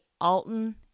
Alton